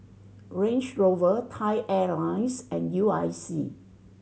Range Rover Thai Airlines and U I C